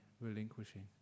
relinquishing